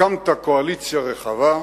הקמת קואליציה רחבה,